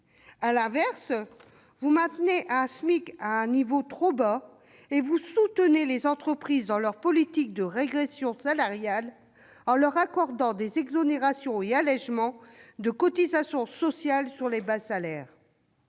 faire, vous maintenez le SMIC à un niveau trop bas et vous soutenez les entreprises dans leur politique de régression salariale, en leur accordant des exonérations et allégements de cotisations sociales sur les bas salaires.